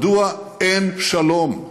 מדוע אין שלום?